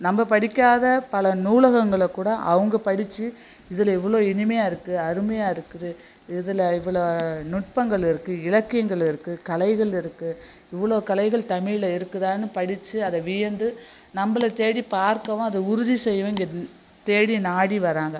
நம்ம படிக்காத பல நூலகங்களை கூட அவங்க படித்து இதில் இவ்வளோ இனிமையாக இருக்குது அருமையாக இருக்குது இதில் இவ்வளோ நுட்பங்கள் இருக்குது இலக்கியங்கள் இருக்குது கலைகள் இருக்குது இவ்வளோ கலைகள் தமிழில் இருக்குதான்னு படித்து அதை வியந்து நம்மள தேடி பார்க்கவும் அதை உறுதி செய்யவும் இங்கே தேடி நாடி வராங்க